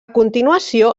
continuació